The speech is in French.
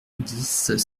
dix